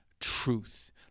truth